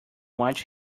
watch